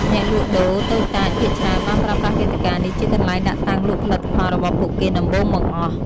អ្នកលក់ដូរតូចតាចភាគច្រើនបានប្រើប្រាស់វេទិកានេះជាកន្លែងដាក់តាំងលក់ផលិតផលរបស់ពួកគេដំបូងបង្អស់។